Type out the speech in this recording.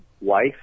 wife